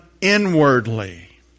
inwardly